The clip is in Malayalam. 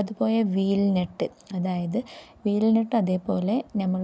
അതുപോലെ വീൽനെറ്റ് അതായത് വീൽ നെട്ട് അതേപോലെ നമ്മൾ